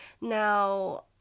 Now